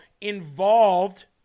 involved